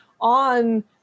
on